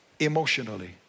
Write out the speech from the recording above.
emotionally